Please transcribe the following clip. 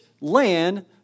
land